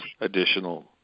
additional